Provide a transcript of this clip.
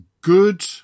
good